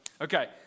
Okay